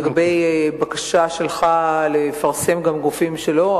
לגבי בקשה שלך לפרסם גם גופים שלא,